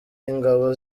ingabo